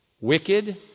Wicked